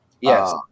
Yes